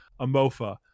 Amofa